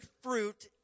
fruit